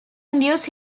induce